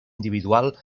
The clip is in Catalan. individual